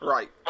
Right